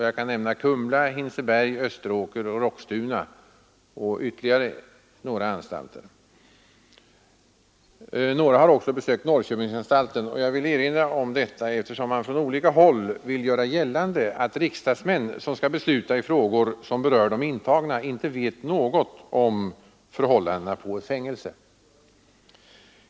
Jag kan nämna Kumla, Hinseberg, Österåker, Roxtuna m.fl. Några har också besökt Norrköpingsanstalten. Jag vill erinra om detta, eftersom man från olika håll vill göra gällande att riksdagsmän, som skall besluta i frågor som berör de intagna, inte vet något om förhållandena på ett fängelse.